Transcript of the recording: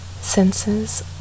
senses